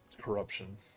corruption